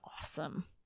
awesome